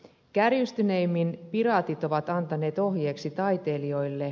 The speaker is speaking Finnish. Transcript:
kärjistyneimmin piraatit ovat antaneet ohjeeksi taiteilijoille